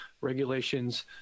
regulations